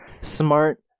smart